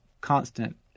constant